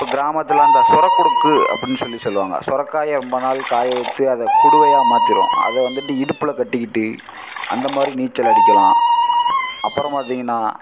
இப்போ கிராமத்தில் அந்த சுரக் கொடுக்கு அப்புடின்னு சொல்லி சொல்லுவாங்க சுரக்காய ரொம்ப நாள் காய வைத்து அதை குடுவையாக மாற்றிரும் அதை வந்துட்டு இடுப்பில் கட்டிக்கிட்டு அந்த மாதிரி நீச்சல் அடிக்கலாம் அப்புறம் பார்த்தீங்கன்னா